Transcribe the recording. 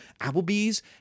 Applebee's